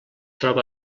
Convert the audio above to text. troba